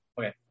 Okay